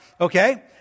okay